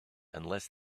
unless